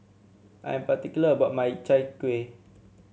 I am particular about my Chai Kueh